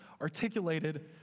articulated